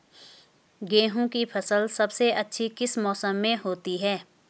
गेहूँ की फसल सबसे अच्छी किस मौसम में होती है